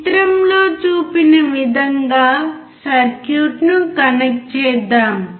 చిత్రంలో చూపిన విధంగా సర్క్యూట్ను కనెక్ట్ చేద్దాం